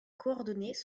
coordonnés